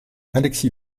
alexis